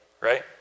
right